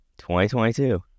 2022